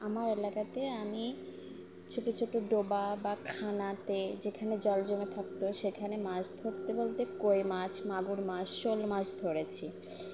আমার এলাকাতে আমি ছোটো ছোটো ডোবা বা খানাতে যেখানে জল জমে থাকতো সেখানে মাছ ধরতে বলতে কই মাছ মাগুর মাছ শোল মাছ ধরেছি